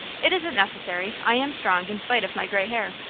it isn't necessary. i am strong, in spite of my gray hair.